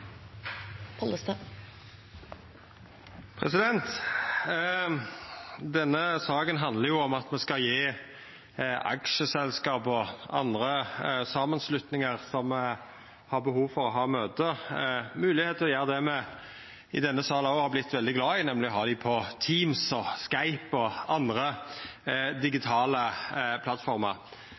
ordet. Denne saka handlar om at me skal gje aksjeselskap og andre samanslutningar som har behov for å ha møte, moglegheit til å gjera det me i denne salen òg har vorte veldig glade i, nemleg å ha dei på Teams, Skype og andre digitale